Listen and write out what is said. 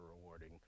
rewarding